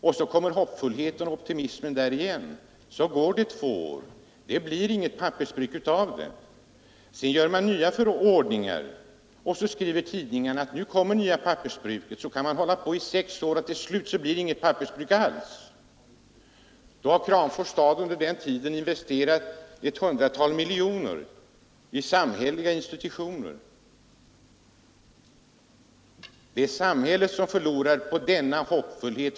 Och så kommer hoppfullheten och optimismen tillbaka. Det går två år, men det blir inget pappersbruk. Sedan gör man nya förordningar, och så skriver tidningarna: Nu kommer det nya pappersbruket! Så kan man hålla på i sex år, och till slut blir det inget pappersbruk alls. Under den tiden har Kramfors 209 Fredagen den Det är samhället som förlorar på denna hoppfullhet.